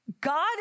God